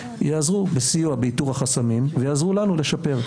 יעזור בסיוע באיתור החסמים ויעזור לנו לשפר.